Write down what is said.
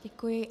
Děkuji.